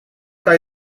kan